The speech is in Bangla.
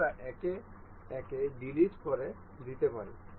আমরা একে একে ডিলিট করে দিতে পারি